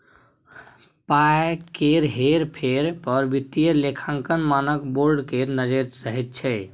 पाय केर हेर फेर पर वित्तीय लेखांकन मानक बोर्ड केर नजैर रहैत छै